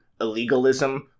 illegalism